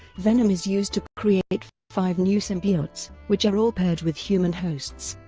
venom is used to create five new symbiotes, which are all paired with human hosts.